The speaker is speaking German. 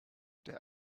der